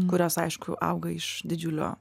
kurios aišku auga iš didžiulio